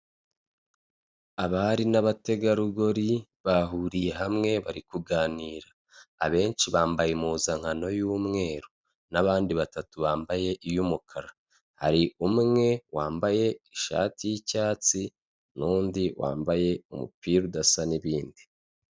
Abari n'abategarugori bahuriye hamwe bari kuganira, abenshi bambaye impuzankano y'umweru n'abandi batatu bambaye iy'umukara, hari umwe wambaye ishati y'icyatsi n'undi wambaye umupira udasa n'ibindi.